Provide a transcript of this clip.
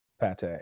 pate